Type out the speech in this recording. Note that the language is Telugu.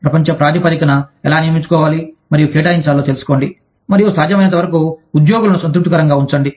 ప్రపంచ ప్రాతిపదికన ఎలా నియమించుకోవాలి మరియు కేటాయించాలో తెలుసుకోండి మరియు సాధ్యమైనంతవరకు ఉద్యోగులను సంతృప్తికరంగా ఉంచండి